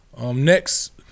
next